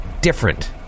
different